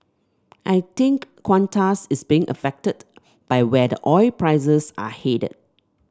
I think Qantas is being affected by where the oil prices are headed